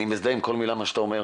אני מזדהה עם כל מילה שאתה אומר,